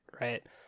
right